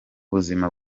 buzima